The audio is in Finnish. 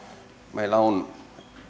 meillä on